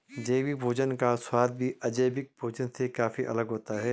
जैविक भोजन का स्वाद भी अजैविक भोजन से काफी अलग होता है